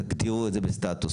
להגיד את זה בסטטוס,